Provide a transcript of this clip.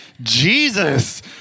Jesus